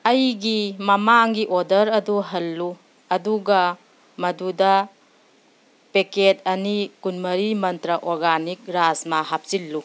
ꯑꯩꯒꯤ ꯃꯃꯥꯡꯒꯤ ꯑꯣꯗꯔ ꯑꯗꯨ ꯍꯜꯂꯨ ꯑꯗꯨꯒ ꯃꯗꯨꯗ ꯄꯦꯛꯀꯦꯠ ꯑꯅꯤ ꯀꯨꯟꯃꯔꯤ ꯃꯟꯇ꯭ꯔꯥ ꯑꯣꯔꯒꯥꯅꯤꯛ ꯔꯥꯖꯃꯥ ꯍꯥꯞꯆꯤꯜꯂꯨ